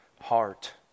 heart